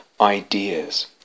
ideas